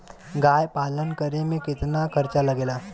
गाय पालन करे में कितना खर्चा लगेला?